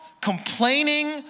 complaining